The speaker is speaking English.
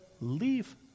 leave